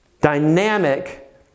dynamic